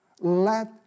Let